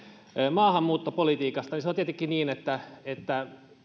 maahanmuuttopolitiikasta on tietenkin niin että että